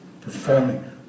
Performing